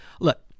Look